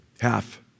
half